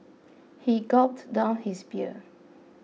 he gulped down his beer